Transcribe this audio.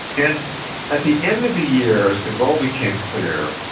and at the end of the year as the goal became clear,